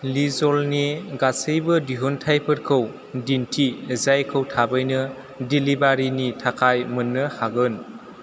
लिजलनि गासैबो दिहुनथाइफोरखौ दिन्थि जायखौ थाबैनो डेलिबारिनि थाखाय मोन्नो हागोन